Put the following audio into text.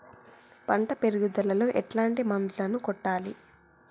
పంట పెరుగుదలలో ఎట్లాంటి మందులను కొట్టాలి?